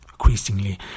Increasingly